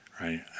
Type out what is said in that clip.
right